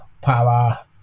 power